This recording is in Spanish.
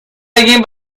alguien